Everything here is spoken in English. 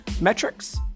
metrics